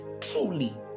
truly